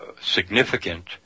significant